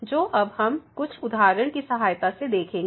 जो अब हम कुछ उदाहरण की सहायता से देखेंगे